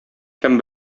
кем